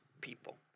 people